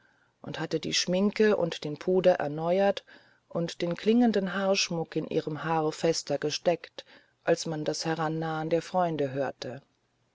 und hatte die schminke und den puder erneuert und den klingenden haarschmuck in ihrem haar fester gesteckt als man das herannahen der freunde hörte